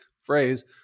phrase